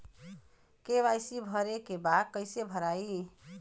KYC भरे के बा कइसे भराई?